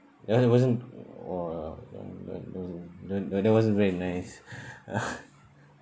ya it wasn't !wah! tha~ that wasn't that that wasn't very nice